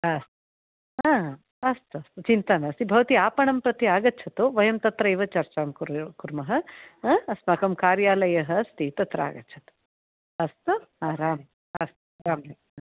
अस्तु अस्तु चिन्ता नास्ति भवती आपणं प्रति आगच्छतु वयं तत्र एव चर्चां कुर्युः कुर्मः अस्माकं कार्यालयः अस्ति तत्र आगच्छतु अस्तु राम् राम्